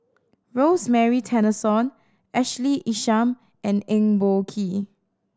Rosemary Tessensohn Ashley Isham and Eng Boh Kee